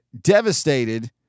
devastated